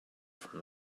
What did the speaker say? from